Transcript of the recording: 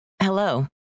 Hello